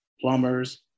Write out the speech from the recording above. Plumbers